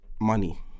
money